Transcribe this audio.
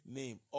name